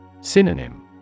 Synonym